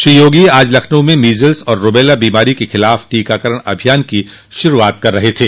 श्री योगी आज लखनऊ में मिजल्स और रूबेला बीमारी के खिलाफ टीकाकरण अभियान की शुरूआत कर रहे थे